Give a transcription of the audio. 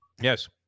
Yes